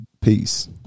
peace